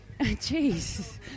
Jeez